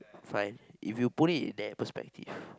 fine if you put it in that perspective